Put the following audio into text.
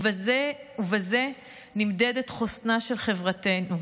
ובזה נמדדת חוסנה של חברתנו.